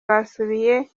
basubiye